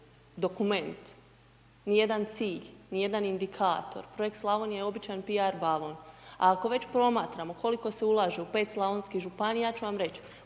dokument, ni jedan cilj, ni jedan indikator. Projekt Slavonija je običan piar balon, a ako već promatramo koliko se ulaže u 5 slavonskih županija ja ću vam reć